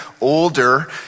older